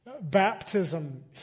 baptism